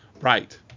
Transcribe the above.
Right